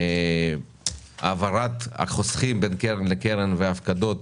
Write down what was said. העברת החוסכים בין קרן לקרן וההפקדות.